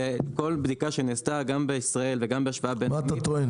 וכל בדיקה שנעשתה גם בישראל וגם בהשוואה --- מה אתה טוען?